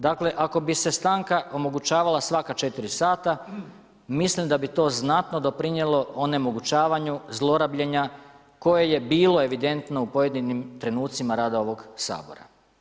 Dakle, ako bi se stanka omogućavala svaka četiri sata, mislim da bi to znatno doprinijelo onemogućavanju zlorabljenja koje je bilo evidentno u pojedinim trenucima rada ovoga Sabora.